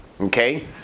Okay